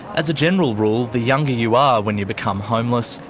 as a general rule, the younger you are when you become homeless,